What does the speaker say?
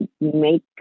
make